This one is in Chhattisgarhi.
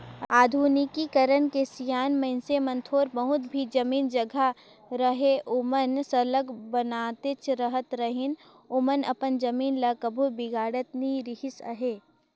आधुनिकीकरन के सियान मइनसे मन थोर बहुत भी जमीन जगहा रअहे ओमन सरलग बनातेच रहत रहिन ओमन अपन जमीन ल कभू बिगाड़त नी रिहिस अहे